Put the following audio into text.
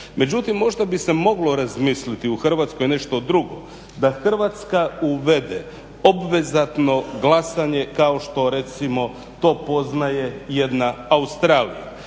Međutim, možda bi se moglo razmisliti u Hrvatskoj nešto drugo, da Hrvatska uvede obvezatno glasuje kao što recimo to poznaje jedna Australija,